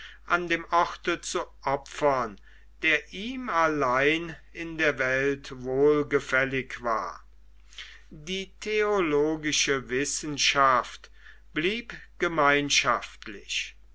an dein orte zu opfern der ihm allein in der welt wohlgefällig war die theologische wissenschaft blieb gemeinschaftlich